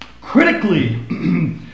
critically